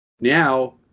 now